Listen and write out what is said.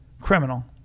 criminal